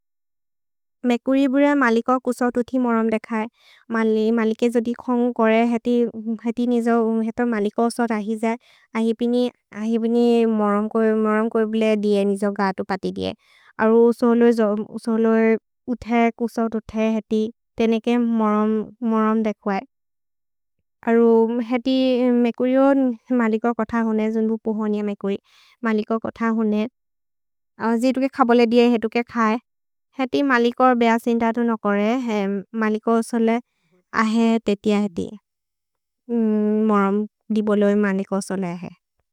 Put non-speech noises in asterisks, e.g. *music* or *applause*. मेकुरि बुरे मलिक कुसोत् उथि मोरम् देखए। मलि मलिके जोदि खोन्ग् कोरे *hesitation* हेति निजो हेत मलिक उसोत् अहिजे अहिपिनि अहिपिनि मोरम् कोए, मोरम् कोए बुले दिए निजो गतु पति दिए। अरु *hesitation* सोलो जो सोलो उथे कुसोत् उथे हेति तेनेके मोरम्, मोरम् देखए। अरु हेति मेकुरि जो मलिक कोथ होने जुन्बु पोहोनिअ मेकुरि, मलिक कोथ होने। अजि दुके खबोले दिएहे दुके खए, हेति मलिकोर् बेअ सिन्दतु नो कोरे, मलिकोर् सोले अहि तेति अहिति, *hesitation* मोरम् दि बोलो हि मलिकोर् सोले अहि।